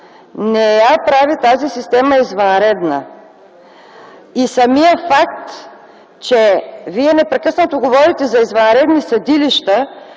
не я прави тази система извънредна! И самият факт, че вие непрекъснато говорите за извънредни съдилища,